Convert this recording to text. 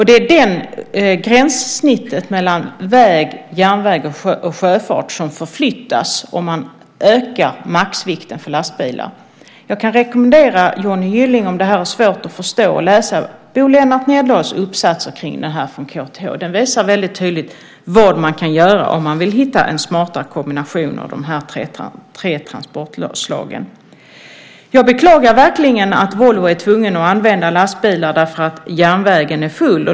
Det är det gränssnittet mellan väg, järnväg och sjöfart som förflyttas om man ökar maxvikten för lastbilar. Jag kan rekommendera Johnny Gylling, om det här är svårt att förstå, att läsa Bo-Lennart Nelldals uppsats kring det här från KTH. Den visar väldigt tydligt vad man kan göra om man vill hitta en smartare kombination av de här tre transportslagen. Jag beklagar verkligen att Volvo är tvunget att använda lastbilar därför att järnvägen är full.